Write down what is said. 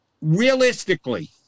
Realistically